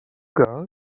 girl